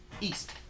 east